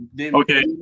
Okay